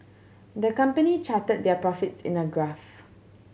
the company charted their profits in a graph